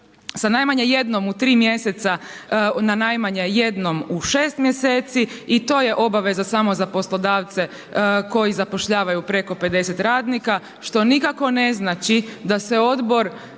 sa najmanje jednom u 3 mjeseca na najmanje jednom u 6 mjeseci i to je obaveza samo za poslodavce koji zapošljavaju preko 50 radnika, što nikako ne znači da se odbor